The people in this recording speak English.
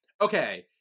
okay